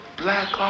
black